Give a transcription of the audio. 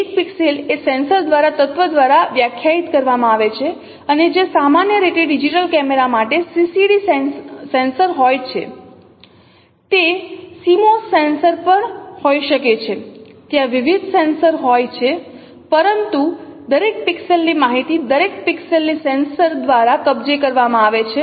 એક પિક્સેલ એ સેન્સર દ્વારા તત્વ દ્વારા વ્યાખ્યાયિત કરવામાં આવે છે અને જે સામાન્ય રીતે ડિજિટલ કેમેરા માટે CCD સેન્સર હોય છે તે CMOS સેન્સર પણ હોઈ શકે છે ત્યાં વિવિધ સેન્સર હોય છે પરંતુ દરેક પિક્સેલની માહિતી દરેક પિક્સેલની સેન્સર દ્વારા કબજે કરવામાં આવે છે